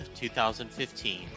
2015